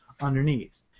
underneath